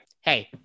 Hey